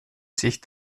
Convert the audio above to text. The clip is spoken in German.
sich